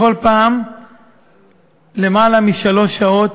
בכל פעם למעלה משלוש שעות.